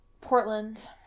Portland